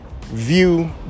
view